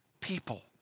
people